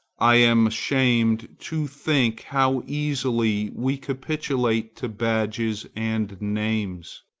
i am ashamed to think how easily we capitulate to badges and names,